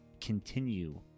continue